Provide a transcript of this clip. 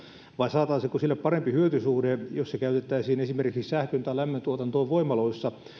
vai saataisiinko sille parempi hyötysuhde jos se käytettäisiin esimerkiksi sähkön tai lämmön tuotantoon voimaloissa